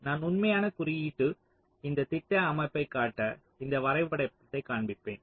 நான் உண்மையான குறியீட்டு இந்த திட்ட அமைப்பைக் காட்ட இந்த வரைபடத்தைக் காண்பிப்பேன்